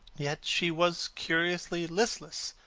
yet she was curiously listless.